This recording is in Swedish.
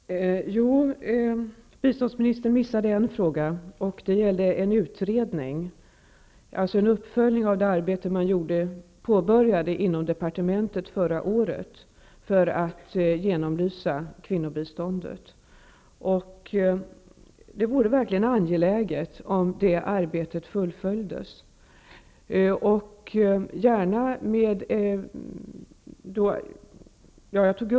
Herr talman! Biståndsministern missade frågan om uppföljning av det arbete man påbörjade inom departementet förra året för att genomlysa kvinnobiståndet. Det skulle verkligen vara angeläget att fullfölja det arbetet.